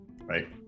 right